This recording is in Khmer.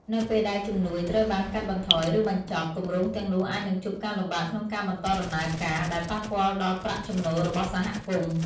នៅពេលដែលជំនួយត្រូវបានកាត់បន្ថយ ឬបញ្ចប់ គម្រោងទាំងនោះអាចនឹងជួបការលំបាកក្នុងការបន្តដំណើរការ ដែលប៉ះពាល់ដល់ប្រាក់ចំណូលរបស់សហគមន៍។